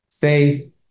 faith